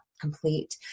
Complete